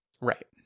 right